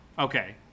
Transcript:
Okay